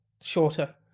shorter